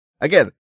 Again